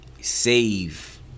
save